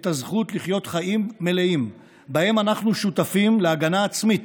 את הזכות לחיות חיים מלאים שבהם אנחנו שותפים להגנה עצמית,